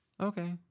okay